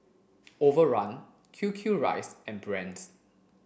Overrun Q Q rice and Brand's